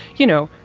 you know,